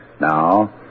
Now